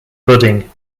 budding